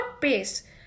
pace